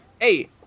Hey